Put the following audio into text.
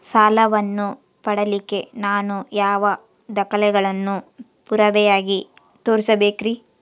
ಸಾಲವನ್ನು ಪಡಿಲಿಕ್ಕೆ ನಾನು ಯಾವ ದಾಖಲೆಗಳನ್ನು ಪುರಾವೆಯಾಗಿ ತೋರಿಸಬೇಕ್ರಿ?